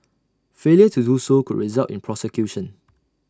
failure to do so could result in prosecution